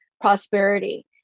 prosperity